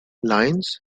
lions